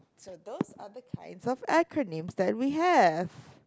although other kinds of acronym that we have